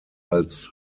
als